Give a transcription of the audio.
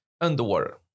underwater